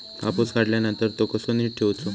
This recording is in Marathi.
कापूस काढल्यानंतर तो कसो नीट ठेवूचो?